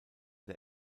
der